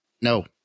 No